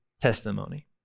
testimony